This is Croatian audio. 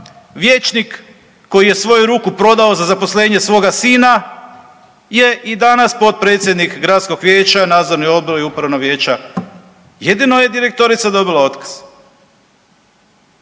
vijećnik koji je svoju ruku prodaju za zaposlenje svoga sina je i danas potpredsjednik gradskog vijeća, nadzornog odbora i upravnog vijeća. Jedino je direktorica dobila otkaz.